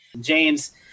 James